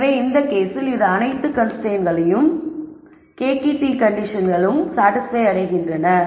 எனவே இந்த கேசில் இது அனைத்து கன்ஸ்ரைன்ட்ஸ்களும் KKT கண்டிஷன்களும் சாடிஸ்பய் அடைகின்றன